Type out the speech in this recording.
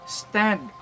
stand